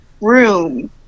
room